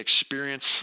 experience